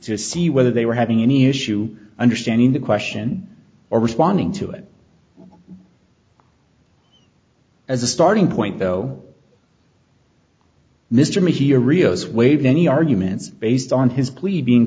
to see whether they were having any issue understanding the question or responding to it as a starting point though mr may hear rio's waived any arguments based on his plea being